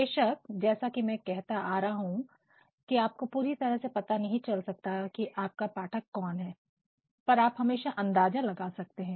बेशक जैसा कि मैं कहता आ रहा हूं आपको पूरी तरह से पता नहीं चल सकता है की आपका पाठक कौन है पर आप हमेशा अंदाजा लगा सकते हैं